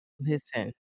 Listen